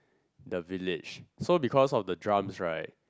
the village so because of the drums right